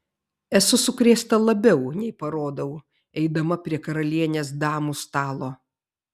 esu sukrėsta labiau nei parodau eidama prie karalienės damų stalo